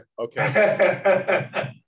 okay